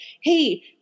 Hey